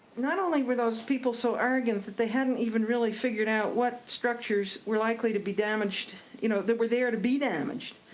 not only were those people so arrogant that they hadn't even really figured out what structures were likely to be damaged, you know, that were there to be damaged,